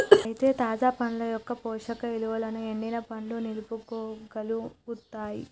అయితే తాజా పండ్ల యొక్క పోషక ఇలువలను ఎండిన పండ్లు నిలుపుకోగలుగుతాయి